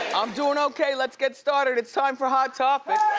i'm doing okay, let's get started. it's time for hot topics.